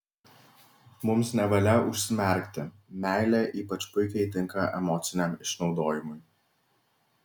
mums nevalia užsimerkti meilė ypač puikiai tinka emociniam išnaudojimui